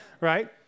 right